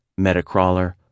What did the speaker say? Metacrawler